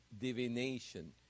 divination